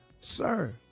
Sir